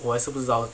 我也是不知道